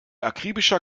akribischer